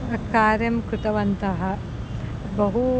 कार्यं कृतवन्तः बहु